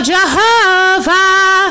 Jehovah